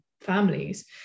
families